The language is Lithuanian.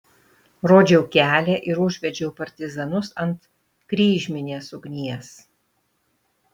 rodžiau kelią ir užvedžiau partizanus ant kryžminės ugnies